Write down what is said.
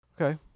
Okay